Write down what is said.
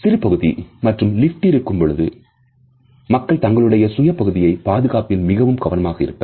சிறு பகுதி மற்றும் லிப்டில் இருக்கும் பொழுது மக்கள் தங்களுடைய சுய பகுதியை பாதுகாப்பதில் மிகவும் கவனமாக இருப்பர்